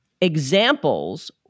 examples